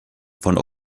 von